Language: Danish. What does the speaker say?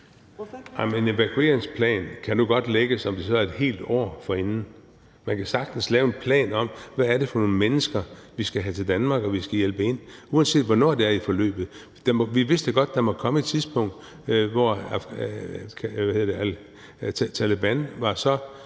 En evakueringsplan kan nu godt lægges, om det så er et helt år forinden. Man kan sagtens lave en plan om, hvad det er for nogle mennesker, vi skal have til Danmark og hjælpe ind, uanset hvornår det er i forløbet. Vi vidste da godt, at der måtte komme et tidspunkt, hvor Taleban var så